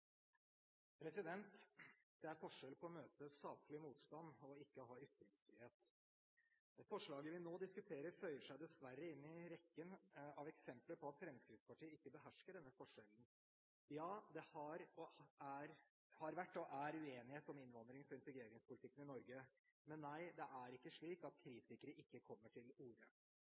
vi nå diskuterer, føyer seg dessverre inn i rekken av eksempler på at Fremskrittspartiet ikke behersker denne forskjellen. Ja, det har vært, og er, uenighet om innvandrings- og integreringspolitikken i Norge, men det er ikke slik at kritikere ikke kommer til orde.